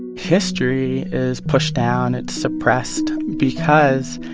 history is pushed down. it's suppressed because,